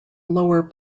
lower